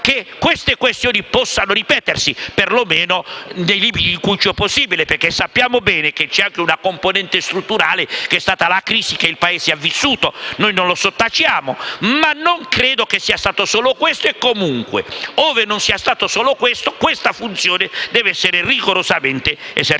che tali questioni possano ripetersi, perlomeno nei limiti in cui ciò è possibile. Sappiamo bene che c'è anche una componente strutturale, che è stata la crisi che il Paese ha vissuto, e noi non lo sottaciamo, ma non credo che sia stato solo questo e comunque, ove non fosse stato solo questo, questa funzione deve essere rigorosamente esercitata.